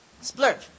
Splurge